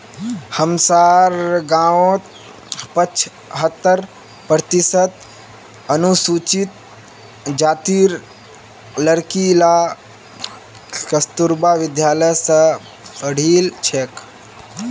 हमसार गांउत पछहत्तर प्रतिशत अनुसूचित जातीर लड़कि ला कस्तूरबा विद्यालय स पढ़ील छेक